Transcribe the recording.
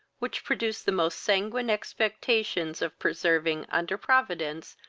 which produced the most sanguine expectations of preserving, under providence,